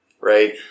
Right